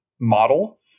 model